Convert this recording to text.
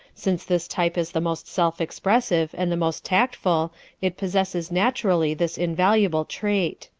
since this type is the most self-expressive and the most tactful it possesses naturally this invaluable trait.